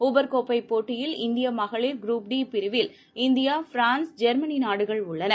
Uber கோப்பைபோட்டியில் இந்தியமகளிர் group D பிரிவில் இந்தியாபிரான்ஸ் ஜெர்மனிநாடுகள் உள்ளன